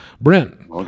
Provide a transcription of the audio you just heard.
Brent